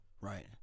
Right